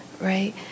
Right